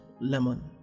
lemon